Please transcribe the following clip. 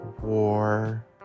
war